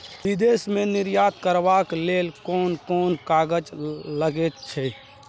विदेश मे निर्यात करबाक लेल कोन कोन कागज लगैत छै